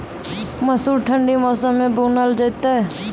मसूर ठंडी मौसम मे बूनल जेतै?